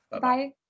Bye